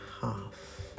half